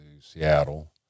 Seattle